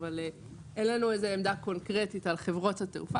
אבל אין לנו איזו עמדה קונקרטית על חברות התעופה.